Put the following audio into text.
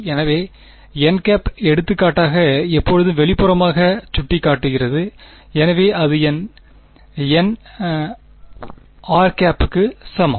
எனவே nˆ எடுத்துக்காட்டாக எப்போதும் வெளிப்புறமாக சுட்டிக் காட்டுகிறது எனவே அது என் n என் rˆ க்கு சமம்